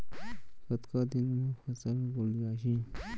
कतका दिन म फसल गोलियाही?